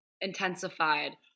intensified